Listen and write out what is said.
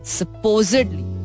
supposedly